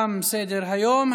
תם סדר-היום.